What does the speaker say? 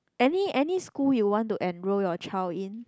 any any school you want to enrol your child in